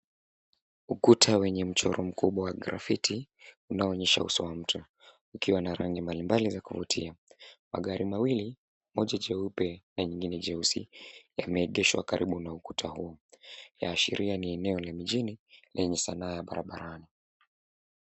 Ukuta wenye mchoro mkubwa wa grafiti unaonyesha uso wa mtu ukiwa na rangi mbalimbali za kuvutia, magari mawili, moja jeupe na nyingine jeusi yameegeshwa karibu na ukuta huu, yaashiria ni eneo la mjini lenye sanaa ya barabarani.